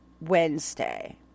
Wednesday